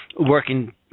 working